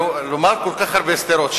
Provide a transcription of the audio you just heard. לומר כל כך הרבה סתירות,